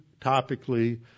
topically